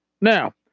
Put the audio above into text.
Now